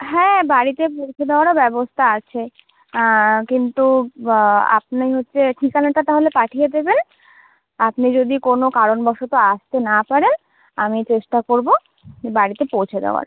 হ্যাঁ বাড়িতে পৌঁছে দেওয়ারও ব্যবস্থা আছে কিন্তু আপনে হচ্ছে ঠিকানাটা তাহলে পাঠিয়ে দেবেন আপনি যদি কোনো কারণবশত আসতে না পারেন আমি চেষ্টা করবো বাড়িতে পৌঁছে দেওয়ার